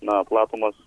na platumas